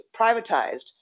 privatized